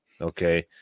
Okay